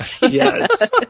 yes